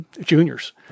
juniors